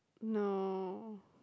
no